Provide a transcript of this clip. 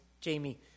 Jamie